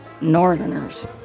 Northerners